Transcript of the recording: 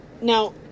Now